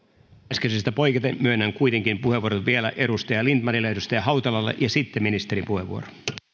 äskeisestä poiketen myönnän kuitenkin puheenvuoron vielä edustaja lindtmanille ja edustaja hautalalle ja sitten ministerin puheenvuoro